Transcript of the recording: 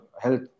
health